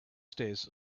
stairs